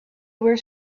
were